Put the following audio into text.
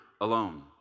alone